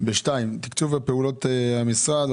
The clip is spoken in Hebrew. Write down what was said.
תקצוב פעולות המשרד,